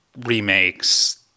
remakes